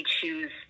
choose